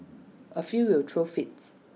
A few will throw fits